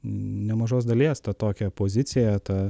nemažos dalies tą tokią poziciją tą